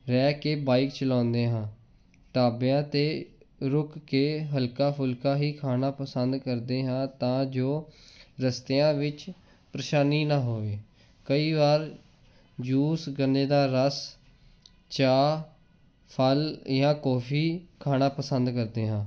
ਰਹਿ ਕੇ ਬਾਈਕ ਚਲਾਉਂਦੇ ਹਾਂ ਢਾਬਿਆਂ 'ਤੇ ਰੁਕ ਕੇ ਹਲਕਾ ਫੁਲਕਾ ਹੀ ਖਾਣਾ ਪਸੰਦ ਕਰਦੇ ਹਾਂ ਤਾਂ ਜੋ ਰਸਤਿਆਂ ਵਿੱਚ ਪਰੇਸ਼ਾਨੀ ਨਾ ਹੋਵੇ ਕਈ ਵਾਰ ਜੂਸ ਗੰਨੇ ਦਾ ਰਸ ਚਾਹ ਫਲ ਜਾਂ ਕੌਫੀ ਖਾਣਾ ਪਸੰਦ ਕਰਦੇ ਹਾਂ